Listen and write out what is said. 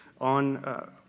on